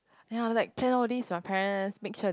ya like plan all these with my parents make sure they